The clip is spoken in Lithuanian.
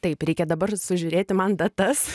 taip reikia dabar sužiūrėti man datas